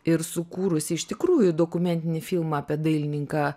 ir sukūrus iš tikrųjų dokumentinį filmą apie dailininką